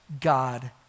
God